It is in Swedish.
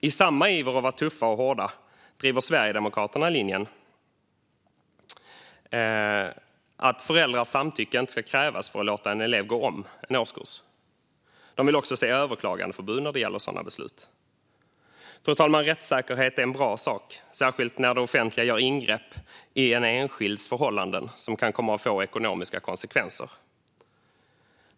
I samma iver efter att vara tuffa och hårda driver Sverigedemokraterna linjen att föräldrars samtycke inte ska krävas för att låta en elev gå om en årskurs. De vill också se överklagandeförbud när det gäller sådana beslut. Fru talman! Rättssäkerhet är en bra sak, särskilt när det offentliga gör ingrepp i en enskilds förhållanden som kan komma att få ekonomiska konsekvenser.